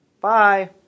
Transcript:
Bye